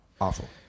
Awful